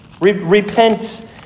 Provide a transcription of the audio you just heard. repent